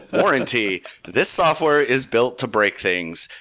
warranty this software is built to break things.